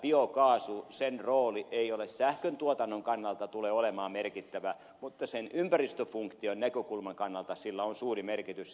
tämän biokaasun rooli ei tule sähköntuotannon kannalta olemaan merkittävä mutta sen ympäristöfunktion näkökulman kannalta sillä on suuri merkitys